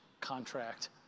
contract